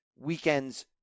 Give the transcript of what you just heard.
weekend's